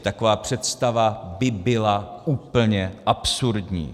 Taková představa by byla úplně absurdní.